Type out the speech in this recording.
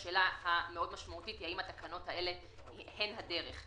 רק השאלה המאוד משמעותית היא: האם התקנות האלו הן הדרך.